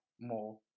more